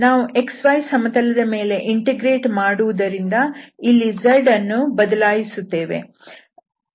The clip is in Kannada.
ನಾವು xy ಸಮತಲದ ಮೇಲೆ ಇಂಟಿಗ್ರೇಟ್ ಮಾಡುವುದರಿಂದ ಇಲ್ಲಿ zಅನ್ನು ಬದಲಾಯಿಸುತ್ತೇವೆ